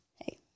Hey